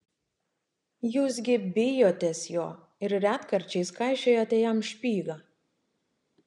jūs gi bijotės jo ir retkarčiais kaišiojate jam špygą